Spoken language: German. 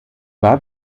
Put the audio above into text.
war